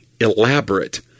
elaborate